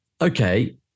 okay